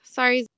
Sorry